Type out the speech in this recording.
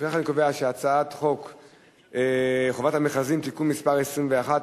לפיכך אני קובע שחוק חובת המכרזים (תיקון מס' 21),